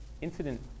incident